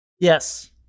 Yes